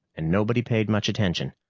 and nobody paid much attention.